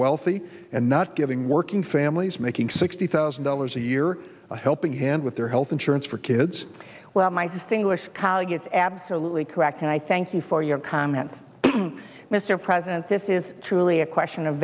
wealthy and not giving working families making sixty thousand dollars a year a helping hand with their health insurance for kids well my distinguished colleague it's absolutely correct and i thank you for your comment mr president this is truly a question of